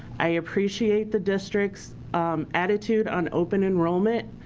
i appreciate the district's attitude on open enrollment.